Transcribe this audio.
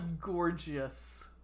gorgeous